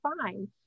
fine